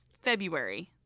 February